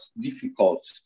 difficult